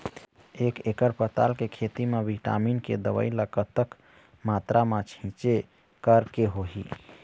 एक एकड़ पताल के खेत मा विटामिन के दवई ला कतक मात्रा मा छीचें करके होही?